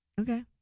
Okay